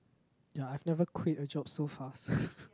ya I've never quit a job so fast